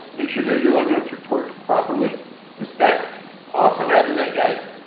make sure that your lug nuts are torqued properly to spec. also add to that guys,